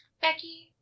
Becky